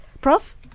prof